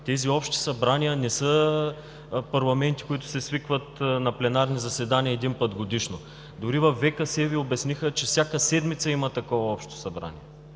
Тези общи събрания не са парламенти, които се свикват на пленарно заседание един път годишно. Дори във ВКС Ви обясниха, че всяка седмица има такова Общо събрание.